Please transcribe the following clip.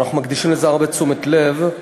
אנחנו מקדישים לזה הרבה תשומת לב,